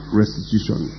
restitution